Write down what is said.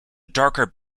darker